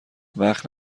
وقت